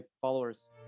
followers